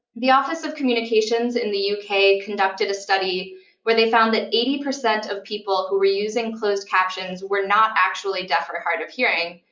the office of communications in the yeah uk conducted a study where they found that eighty percent of people who were using closed captions were not actually deaf or hard of hearing.